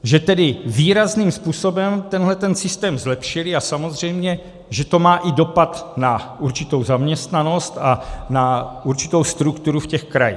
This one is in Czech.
Že tedy výrazným způsobem tenhle systém zlepšily, a samozřejmě že to má i dopad na určitou zaměstnanost a na určitou strukturu v těch krajích.